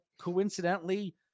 coincidentally